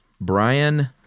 Brian